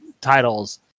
titles